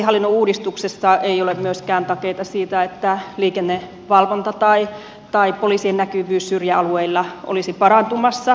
poliisihallinnon uudistuksessa ei ole myöskään takeita siitä että liikennevalvonta tai poliisien näkyvyys syrjäalueilla olisi parantumassa